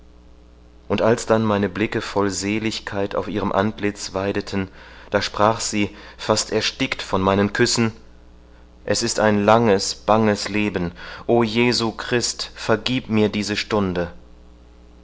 und als dann meine blicke voll seligkeit auf ihrem antlitz weideten da sprach sie fast erstickt von meinen küssen es ist ein langes banges leben o jesu christ vergib mir diese stunde